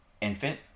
Infant